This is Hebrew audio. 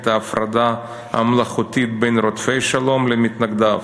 ההפרדה המלאכותית בין רודפי שלום למתנגדיו,